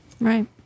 Right